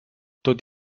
tot